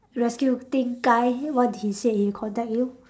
rescue thing guy what did he say he contact you